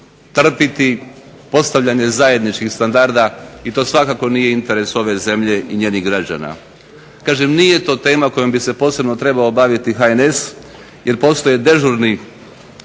trpiti postavljanje zajedničkih standarda i to svakako nije interes ove zemlje i njenih građana. Kažem nije to tema kojom bi se posebno trebao baviti HNS jer postoje dežurni